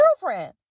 girlfriend